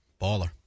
Baller